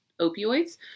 opioids